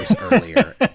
earlier